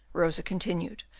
rosa continued,